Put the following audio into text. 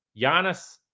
Giannis